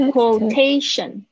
Quotation